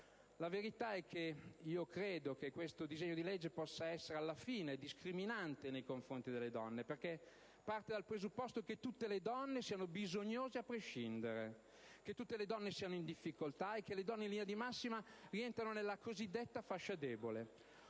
La verità però è che temo che questo disegno di legge possa infine rivelarsi discriminante nei confronti delle donne proprio per il fatto che parte dal presupposto che tutte le donne siano bisognose a prescindere, che tutte siano in difficoltà e che tutte, in linea di massima, rientrino nella cosiddetta fascia debole.